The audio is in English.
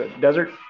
desert